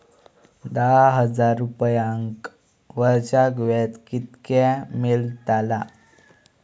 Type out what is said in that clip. दहा हजार रुपयांक वर्षाक व्याज कितक्या मेलताला?